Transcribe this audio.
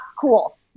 cool